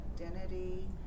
identity